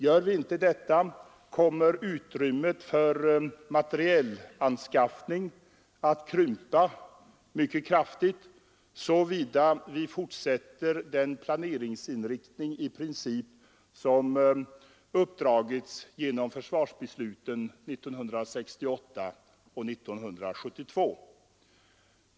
Gör vi inte sådana kommer utrymmet för materielanskaffning att krympa mycket kraftigt, såvida vi fortsätter den planeringsinriktning i princip som uppdragits genom försvarsbesluten 1968 och 1972.